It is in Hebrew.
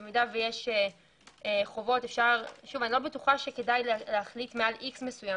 אם יש חובות אני לא בטוחה שכדאי להחליט מעל X מסוים,